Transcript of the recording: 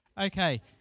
Okay